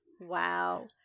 Wow